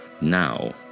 now